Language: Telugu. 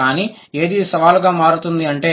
కానీ ఏది సవాలుగా మారుతుంది అంటే